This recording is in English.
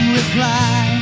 reply